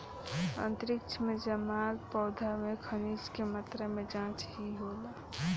अंतरिक्ष में जामल पौधा में खनिज के मात्रा के जाँच भी होला